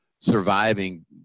surviving